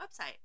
website